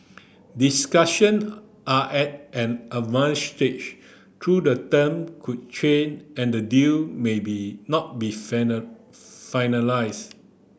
discussion are at an advanced stage though the term could change and the deal maybe not be finalise